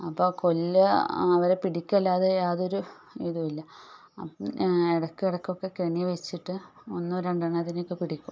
അപ്പോൾ കൊല്ലുക അവരെ പിടിക്കുകയല്ലാതെ യാതൊരു ഇതുമില്ല അപ്പം ഇടക്കിടക്കൊക്കെ കെണി വെച്ചിട്ട് ഒന്നോ രണ്ടെണ്ണത്തിനെയൊക്കെ പിടിക്കും